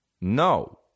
No